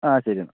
ആ ശരിയെന്നാൽ